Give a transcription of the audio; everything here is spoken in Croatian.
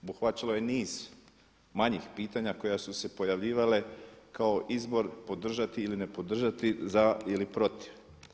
Obuhvaćalo je niz manjih pitanja koja su se pojavljivale kao izbor podržati ili ne podržati, za ili protiv.